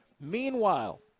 meanwhile